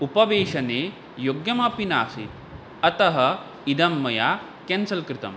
उपवेशने योग्यम् अपि नासीत् अतः इदं मया केन्सल् कृतम्